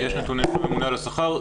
כן, יש נתונים מהממונה על השכר.